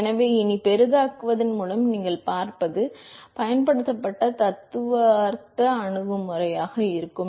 எனவே இனி பெரிதாக்குவதன் மூலம் நீங்கள் பார்ப்பது பயன்படுத்தப்பட்ட தத்துவார்த்த அணுகுமுறையாக இருக்கும்